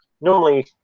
Normally